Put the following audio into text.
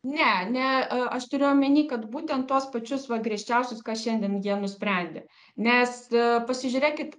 ne ne aš turiu omeny kad būtent tuos pačius va griežčiausius ką šiandien jie nusprendė nes pasižiūrėkit